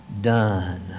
done